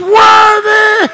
worthy